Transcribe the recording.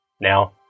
Now